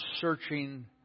searching